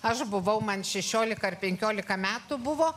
aš buvau man šešiolika ar penkiolika metų buvo